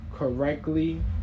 Correctly